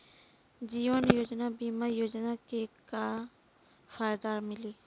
जीवन ज्योति बीमा योजना के का फायदा मिली?